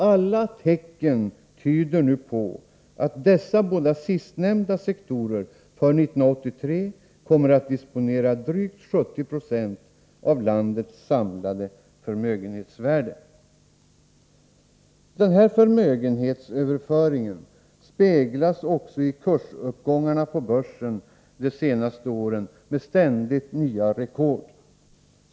Alla tecken tyder nu på att dessa båda sistnämnda sektorer för 1983 kommer att disponera drygt 70 96 av landets samlade förmögenhetsvärde. Förmögenhetsöverföringen speglas också i de senaste årens kursuppgångar på börsen med ständigt nya rekord.